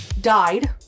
died